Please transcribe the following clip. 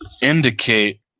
indicate